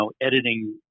editing